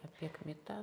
apie kmitą